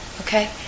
Okay